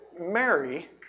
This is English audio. Mary